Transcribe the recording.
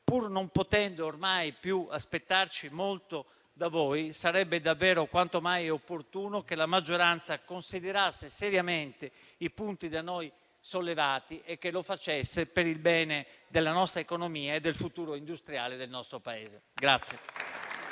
Pur non potendo ormai più aspettarci molto da voi, sarebbe davvero quanto mai opportuno che la maggioranza considerasse seriamente i punti da noi sollevati e che lo facesse per il bene della nostra economia e del futuro industriale del nostro Paese.